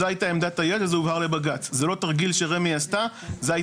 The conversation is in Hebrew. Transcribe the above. זאת הייתה עמדת היועץ וזה הובהר לבג"ץ.